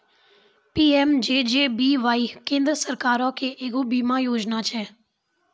PMJJBY केन्द्र सरकारो के एगो बीमा योजना छै